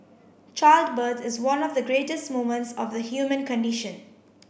childbirth is one of the greatest moments of the human condition